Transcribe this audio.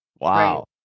wow